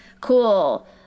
cool